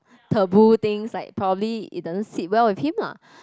taboo things like probably it doesn't sit well with him lah